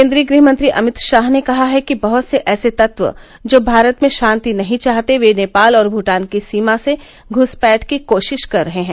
केन्द्रीय गृहमंत्री अमित शाह ने कहा है कि बहुत से ऐसे तत्व जो भारत में शांति नहीं चाहते वे नेपाल और भूटान की सीमा से घुसपैठ की कोशिश कर रहे हैं